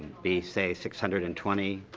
b say six hundred and twenty,